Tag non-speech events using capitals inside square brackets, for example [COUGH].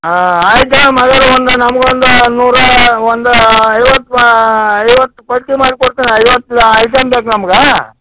ಆ ಆಯಿತಾ [UNINTELLIGIBLE] ಒಂದು ನಮ್ಗೆ ಒಂದು ನೂರಾ ಒಂದು ಐವತ್ತು ಐವತ್ತು ಪಟ್ಟಿ ಮಾಡಿ ಕೊಡ್ತಿನಿ ಐವತ್ತು ಐಟಮ್ ಬೇಕು ನಮ್ಗೆ